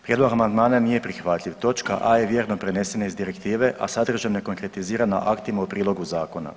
Prijedlog amandmana nije prihvatljiv, točka a je vjerno prenesena iz direktiva, a sadržaj ne konkretizira na aktima u prilogu zakona.